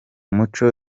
muco